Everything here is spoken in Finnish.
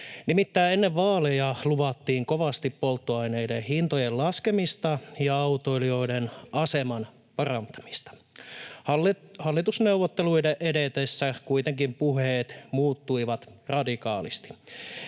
Nimittäin ennen vaaleja luvattiin kovasti polttoaineiden hintojen laskemista ja autoilijoiden aseman parantamista. Hallitusneuvotteluiden edetessä kuitenkin puheet muuttuivat radikaalisti.